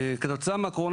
כתוצאה מהקורונה,